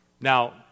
Now